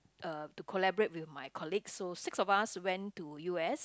uh to collaborate with my colleagues so six of us went to U_S